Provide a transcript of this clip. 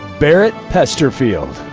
barrett pesterfield.